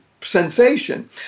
sensation